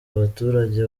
abaturage